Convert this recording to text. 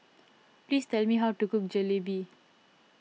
please tell me how to cook Jalebi